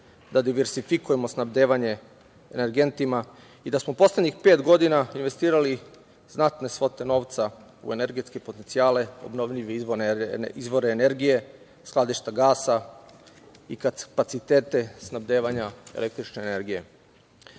da diversifikujemo snabdevanje energentima i da smo poslednjih pet godina investirali znatne svote novca u energetske potencijale, obnovljive izvore energije, skladišta gasa i kapacitete snabdevanja električnom energijom. Ovo